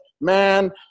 man